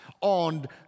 on